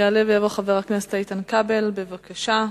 יעלה ויבוא חבר הכנסת איתן כבל, בבקשה.